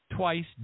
twice